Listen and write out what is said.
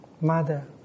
Mother